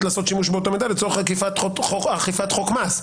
לעשות שימשו באותו מידע לצורך אכיפת חוק מס.